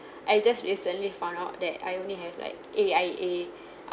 I just recently found out that I only have like A_I_A